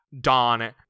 Don